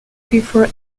before